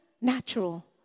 natural